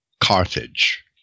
Carthage